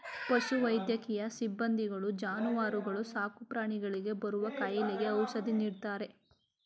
ಪಶು ವೈದ್ಯಕೀಯ ಸಿಬ್ಬಂದಿಗಳು ಜಾನುವಾರುಗಳು ಸಾಕುಪ್ರಾಣಿಗಳಿಗೆ ಬರುವ ಕಾಯಿಲೆಗೆ ಔಷಧಿ ನೀಡ್ತಾರೆ